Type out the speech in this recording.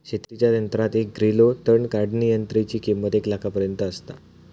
शेतीच्या यंत्रात एक ग्रिलो तण काढणीयंत्राची किंमत एक लाखापर्यंत आसता